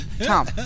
Tom